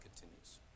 continues